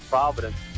Providence